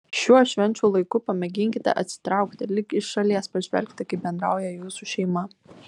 šiuo švenčių laiku pamėginkite atsitraukti ir lyg iš šalies pažvelgti kaip bendrauja jūsų šeima